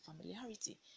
familiarity